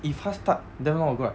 if 他 start damn long ago right